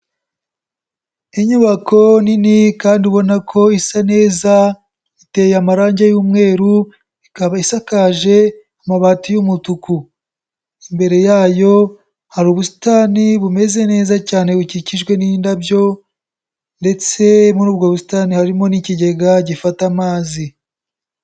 Inyubako nini kandi ubona ko isa neza, iteye amarangi y'umweru, ikaba isakaje amabati y'umutuku, imbere yayo hari ubusitani bumeze neza cyane bukikijwe n'indabyo ndetse muri ubwo busitani harimo n'ikigega gifata amazi.